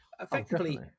effectively